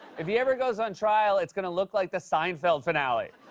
if he ever goes on trial, it's gonna look like the seinfeld finale.